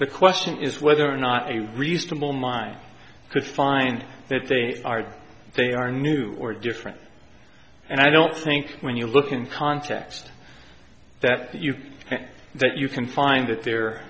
the question is whether or not a reasonable mind could find that they are they are new or different and i don't think when you look in context that you that you can find that the